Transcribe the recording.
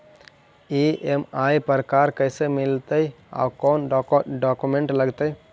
EMI पर car कैसे मिलतै औ कोन डाउकमेंट लगतै?